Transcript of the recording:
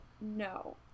no